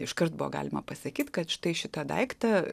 iškart buvo galima pasakyt kad štai šitą daiktą